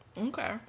Okay